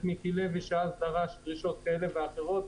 מיקי לוי שדרש אז דרישות כאלה ואחרות,